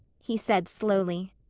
he said slowly.